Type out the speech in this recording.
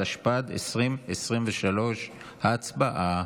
התשפ"ד 2023. הצבעה.